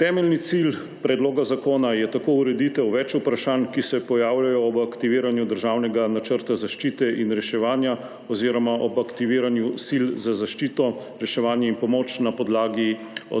Temeljni cilj predloga zakona je tako ureditev več vprašanj, ki se pojavljajo v aktiviranju državnega načrta zaščite in reševanja oziroma ob aktiviranju sil za zaščito, reševanje in pomoč na podlagi